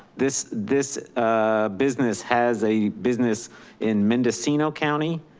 this this ah business has a business in mendocino county.